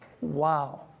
Wow